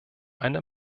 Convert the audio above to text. eine